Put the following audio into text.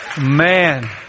Man